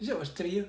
is it australia